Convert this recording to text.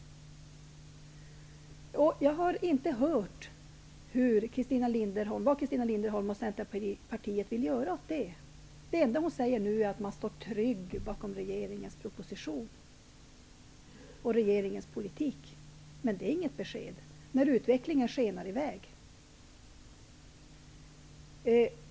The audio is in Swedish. Jag har inte hört vad Christina Linderholm och Centerpartiet vill göra åt det. Det enda hon säger är att man står trygg bakom regeringens proposition och regeringens politik. Men det är inget besked nu när utvecklingen skenar i väg.